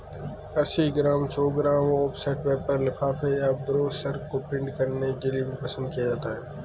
अस्सी ग्राम, सौ gram offset paper लिफाफे या ब्रोशर को प्रिंट करने के लिए पसंद किया जाता है